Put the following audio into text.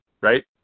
right